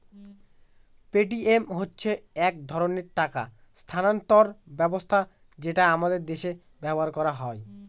Paytm হচ্ছে এক ধরনের টাকা স্থানান্তর ব্যবস্থা যেটা আমাদের দেশে ব্যবহার করা হয়